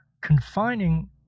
confining